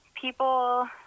people